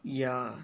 yeah